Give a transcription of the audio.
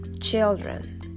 children